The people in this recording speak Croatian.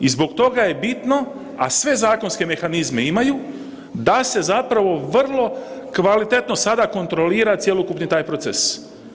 I zbog toga je bitno, a sve zakonske mehanizme imaju da se vrlo kvalitetno sada kontrolira cjelokupni taj proces.